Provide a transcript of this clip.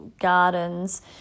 gardens